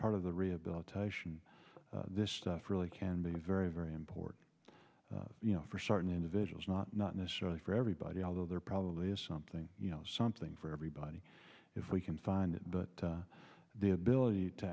part of the rehabilitation this stuff really can be very very important you know for certain individuals not not necessarily for everybody although there probably is something you know something for everybody if we can find that the ability to